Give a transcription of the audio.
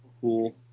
cool